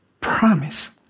promise